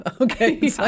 Okay